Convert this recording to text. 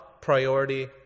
priority